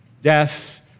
death